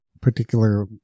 particular